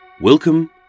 Welcome